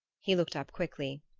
he looked up quickly.